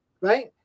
right